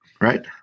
Right